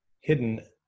hidden